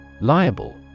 Liable